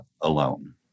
alone